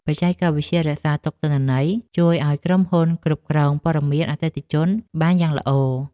បច្ចេកវិទ្យារក្សាទុកទិន្នន័យ ជួយឱ្យក្រុមហ៊ុនគ្រប់គ្រងព័ត៌មានអតិថិជនបានយ៉ាងល្អ។